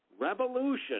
revolution